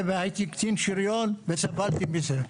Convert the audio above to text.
הייתי קצין שריון וסבלתי מזה.